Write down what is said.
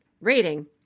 rating